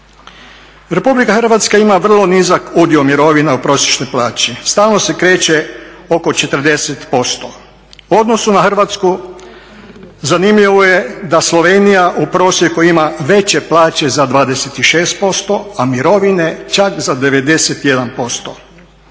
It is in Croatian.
Republika Hrvatska ima vrlo nizak udio mirovina u prosječnoj plaći, stalno se kreće oko 40%. U odnosu na Hrvatsku zanimljivo je da Slovenija u prosjeku ima veće plaće za 26% a mirovine čak za 91%.